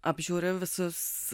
apžiūriu visus